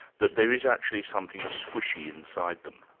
that there is actually something squishy inside them?